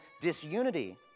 disunity